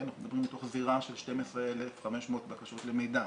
אנחנו מדברים מתוך זירה של 12,500 בקשות למידע.